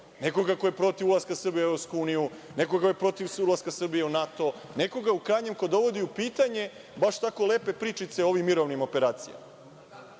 nekoga ko je protiv ulaska Srbije u EU, nekoga ko je protiv ulaska Srbije u NATO, nekoga, u krajnjem, ko dovodi u pitanje baš tako lepe pričice o ovim mirovnim operacijama.